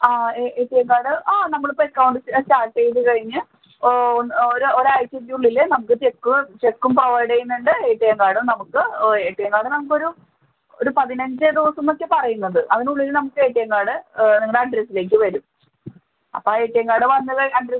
ആ A T M card ആ നമ്മളിപ്പം അക്കൗണ്ട് സ്റ്റാർട്ട് ചെയ്ത് കഴിഞ്ഞ് ഒര് ഒരാഴച്ചയ്ക്ക് ഉള്ളിൽ നമുക്ക് ചെക്ക് ചെക്കും പ്രൊവൈഡ് ചെയ്യുന്നുണ്ട് എ ടി എം കാർഡും നമുക്ക് ഓ എ ടി എം കാർഡ് നമുക്ക് ഒരു ഒരു പതിനഞ്ച് ദിവസം എന്നൊക്കെ പറയുന്നത് അതിന് ഉള്ളിൽ നമുക്ക് എ ടി എം കാർഡ് നിങ്ങളുടെ അഡ്രസ്സിലേക്ക് വരും അപ്പം ആ എ ടി എം കാർഡ് വന്നത് അഡ്രസ്സ്